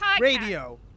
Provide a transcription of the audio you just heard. Radio